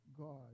God